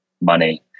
money